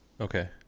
Okay